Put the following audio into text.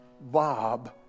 Bob